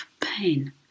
pain